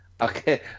Okay